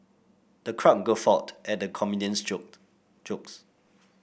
the crowd guffawed at the comedian's joke jokes